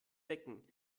decken